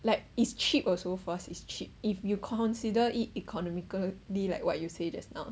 like it's cheap also first is cheap if you consider it economically like what you say just now